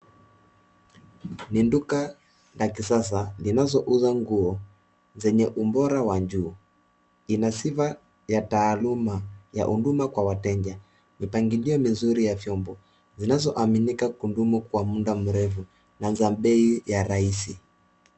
Ni duka la kisasa linazouza nguo zenye ubora wa juu. Ina sifa ya taaluma ya huduma kwa wateja, mipangilio mizuri ya vyombo, zinazoaminika kudumu kwa muda mrefu, na za bei ya rahisi.